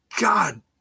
God